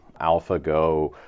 AlphaGo